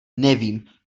nevím